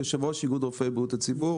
כאיגוד רופאי בריאות הציבור,